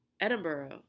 Edinburgh